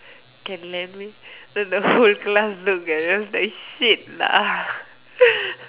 can lend me then the whole class look us then I was just like shit lah